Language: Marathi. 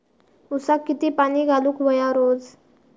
ऊसाक किती पाणी घालूक व्हया रोज?